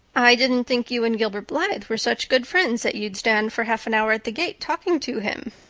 i didn't think you and gilbert blythe were such good friends that you'd stand for half an hour at the gate talking to him,